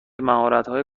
مهارتهای